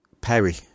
Perry